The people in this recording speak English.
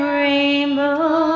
rainbow